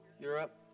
Europe